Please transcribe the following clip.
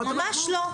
ממש לא.